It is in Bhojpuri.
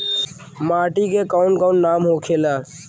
माटी के कौन कौन नाम होखे ला?